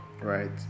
right